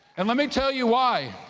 and let me tell you why.